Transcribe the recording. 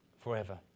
forever